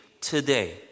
today